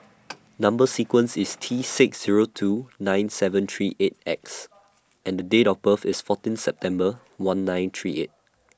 Number sequence IS T six Zero two nine seven three eight X and Date of birth IS fourteen September one nine three eight